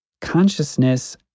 Consciousness